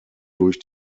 durch